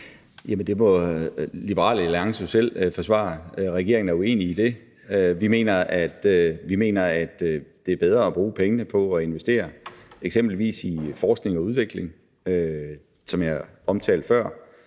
det må Liberal Alliance jo selv forsvare. Regeringen er uenig i det. Vi mener, at det er bedre at bruge pengene på at investere i eksempelvis forskning og udvikling. Som jeg sagde før,